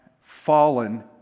fallen